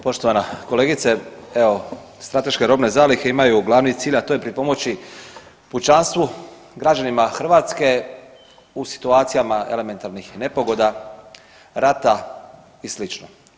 Poštovana kolegice, evo strateške robne zalihe imaju glavni cilj, a to je pripomoći pučanstvu, građanima Hrvatske u situacijama elementarnih nepogoda, rata i slično.